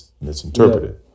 misinterpreted